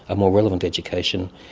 a more relevant education,